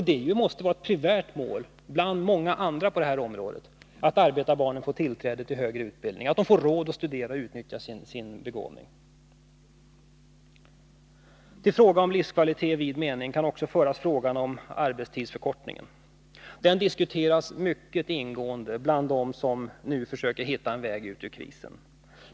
Det måste vara ett primärt mål, bland många andra på det här området, att arbetarbarnen får tillträde till högre utbildning, att de får råd att studera och utnyttja sin begåvning. Till frågan om livskvalitet i vid mening kan också föras frågan om arbetstidsförkortning. Denna diskuteras nu alltmer ingående av dem som försöker hitta en väg ut ur krisen.